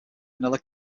vanilla